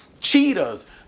cheetahs